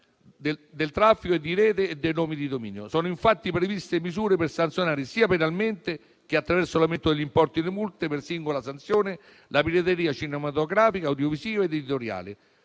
del traffico di Rete e dei nomi di dominio. Sono infatti previste misure per sanzionare, sia penalmente che attraverso l'aumento degli importi delle multe, per singola sanzione, la pirateria cinematografica, audiovisiva e editoriale.